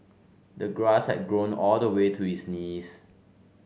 the grass had grown all the way to his knees